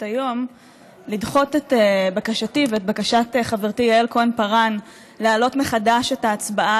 היום לדחות את בקשתי ואת בקשת חברתי יעל כהן-פארן להעלות מחדש את ההצבעה